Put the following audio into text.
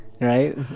Right